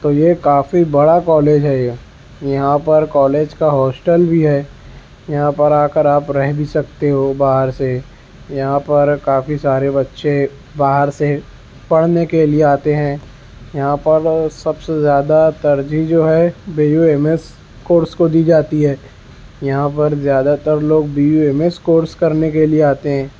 تو یہ کافی بڑا کالج ہے یہ یہاں پر کالج کا ہاسٹل بھی ہے یہاں پر آ کر آپ رہ بھی سکتے ہو باہر سے یہاں پر کافی سارے بچے باہر سے پڑھنے کے لیے آتے ہیں یہاں پر سب سے زیادہ ترجیح جو ہے B U M S course کو دی جاتی ہے یہاں پر زیادہ تر لوگ B U M S course کرنے کے لیے آتے ہیں